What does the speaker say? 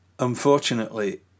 Unfortunately